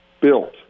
built